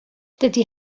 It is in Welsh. dydi